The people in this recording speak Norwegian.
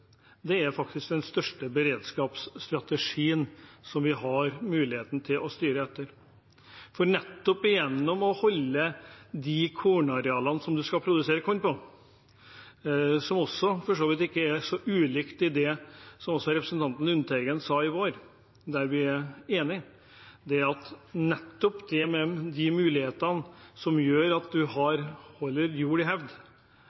Det er faktisk den største beredskapsstrategien som vi har mulighet til å styre etter. For nettopp det å holde de arealene som man skal produsere korn på, i hevd – som for så vidt ikke er så ulikt det representanten Lundteigen sa i går, som vi er enig i – nettopp de mulighetene som gjør at